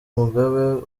mugabe